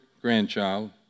grandchild